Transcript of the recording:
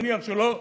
נניח שלא,